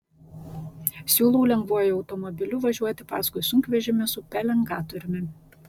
siūlau lengvuoju automobiliu važiuoti paskui sunkvežimį su pelengatoriumi